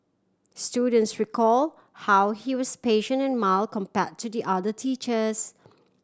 students recall how he was patient and mild compare to the other teachers